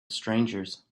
strangers